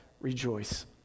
rejoice